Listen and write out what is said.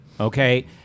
Okay